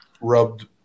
rubbed